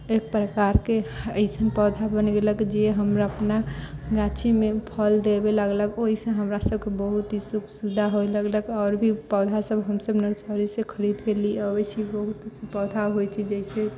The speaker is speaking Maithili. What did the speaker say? एक प्रकारके एसन पौधा बन गेलक जे हमरा अपना गाछीमे फल देबै लागलक ओहि से हमरा सभके बहुत ही सुख सुविधा होइ लगलक आओर भी पौधा सभ हम सभ नर्सरी से खरीदके ले अबै छी बहुत पौधा होइ छै जाहिसे